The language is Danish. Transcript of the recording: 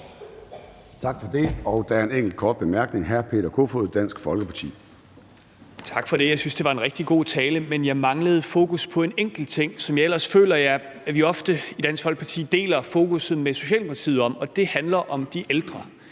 Tak for det. Der er en enkelt kort bemærkning. Hr. Peter Kofod, Dansk Folkeparti. Kl. 14:19 Peter Kofod (DF): Tak for det. Jeg synes, det var en rigtig god tale, men jeg manglede fokus på en enkelt ting, som jeg ellers føler vi ofte i Dansk Folkeparti deler fokus med Socialdemokratiet på, og det handler om de ældre